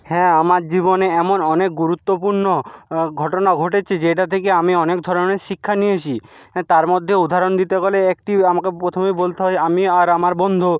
হ্যাঁ আমার জীবনে এমন অনেক গুরুত্বপূর্ণ ঘটনা ঘটেছে যেটা থেকে আমি অনেক ধরনের শিক্ষা নিয়েছি তার মধ্যে উদাহরণ দিতে হলে একটি আমাকে প্রথমেই বলতে হয় আমি আর আমার বন্ধু